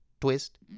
Twist